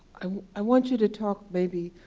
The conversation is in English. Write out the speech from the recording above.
i want you to talk, maybe,